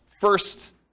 first